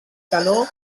canó